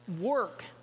work